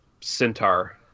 centaur